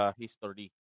history